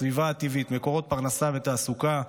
הסביבה הטבעית ומקורות פרנסה ותעסוקה,